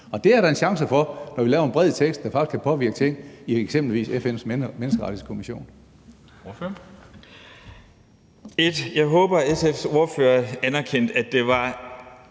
og det er der en chance for, når vi laver en bred tekst, der faktisk kan påvirke eksempelvis FN's Menneskerettighedskommission.